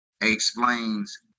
explains